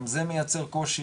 גם זה מייצר קושי,